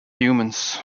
humans